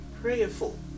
prayerful